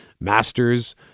masters